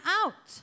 out